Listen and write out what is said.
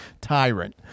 tyrant